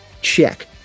check